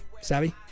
savvy